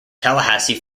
tallahassee